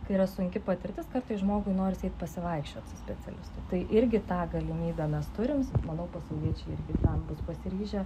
tai yra sunki patirtis kartais žmogui noris eit pasivaikščiot su specialistu tai irgi tą galimybę mes turim manau pasauliečiai irgi tam bus pasiryžę